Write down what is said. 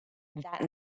that